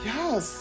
Yes